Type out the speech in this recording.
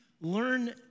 learn